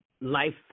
life